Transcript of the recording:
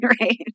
right